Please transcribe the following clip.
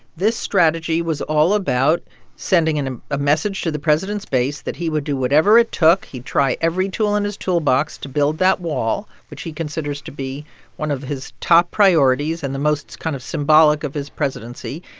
this strategy was all about sending an a message to the president's base that he would do whatever it took, he'd try every tool in and his toolbox, to build that wall, which he considers to be one of his top priorities and the most kind of symbolic of his presidency.